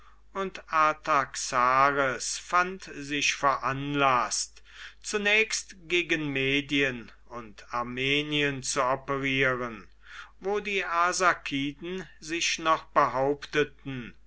und artaxares fand sich veranlaßt zunächst gegen medien und armenien zu operieren wo die arsakiden sich noch behaupteten